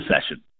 session